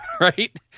right